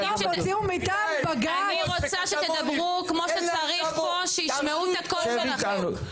אני רוצה שתדברו כמו שצריך פה שישמעו את הקול שלכם.